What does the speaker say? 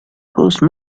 whose